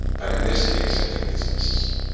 but in this case i think it's necessary.